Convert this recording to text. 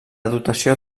dotació